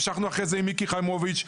המשכנו עם מיקי חיימוביץ',